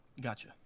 gotcha